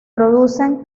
producen